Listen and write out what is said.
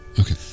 Okay